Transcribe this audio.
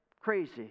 crazy